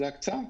זו הקצאה.